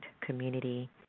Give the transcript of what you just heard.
community